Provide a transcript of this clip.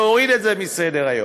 להוריד את זה מסדר-היום.